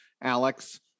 Alex